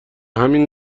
همین